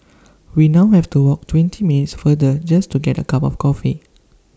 we now have to walk twenty minutes farther just to get A cup of coffee